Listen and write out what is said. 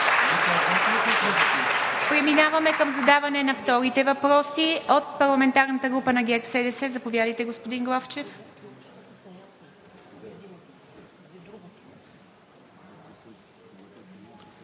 Преминаваме към задаване на вторите въпроси. От парламентарната група на ГЕРБ-СДС. Заповядайте, господин Главчев.